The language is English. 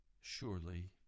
surely